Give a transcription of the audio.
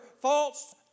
false